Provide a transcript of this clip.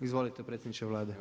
Izvolite predsjedniče Vlade.